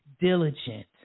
diligent